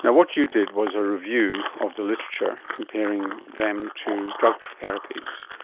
what you did was a review of the literature comparing them to drug therapies.